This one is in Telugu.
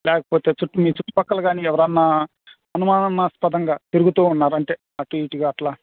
లేకపోతే చుట్టూ మీ చుట్టుపక్కల గానీ ఎవరన్నా అనుమానాస్పదంగా తిరుగుతూ ఉన్నారా అంటే అటూ ఇటూగా అట్లా